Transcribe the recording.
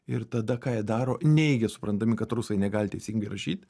ir tada ką jie daro neigia suprandami kad rusai negali teisingai rašyt